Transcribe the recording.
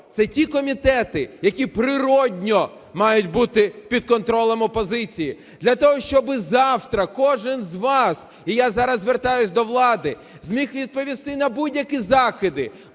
це ті комітети, які природно мають бути під контролем опозиції для того, щоби завтра кожен з вас, і я зараз звертаюся до влади, зміг відповісти на будь-які закиди